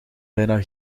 bijna